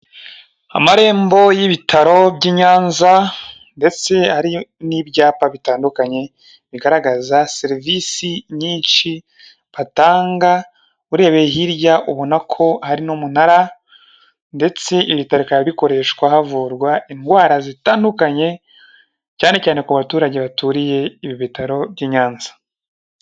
Amarembo y'ibitaro by' i Nyanza ndetse hariyo n'ibyapa bitandukanye bigaragaza serivisi nyinshi batanga, urebeye hirya ubona ko hari n'umunara ndetse ibi bitaro bikaba bikoreshwa havurwa indwara zitandukanye cyane cyane ku baturage baturiye ibi bitaro by' i Nyanza.